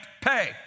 pay